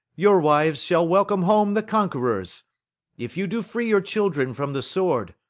your wives shall welcome home the conquerors if you do free your children from the sword,